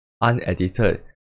unedited